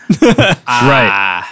right